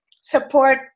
support